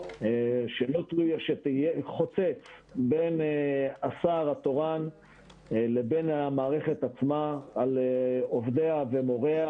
שתהיה חוצץ בין השר התורן לבין המערכת עצמה על עובדיה ומוריה,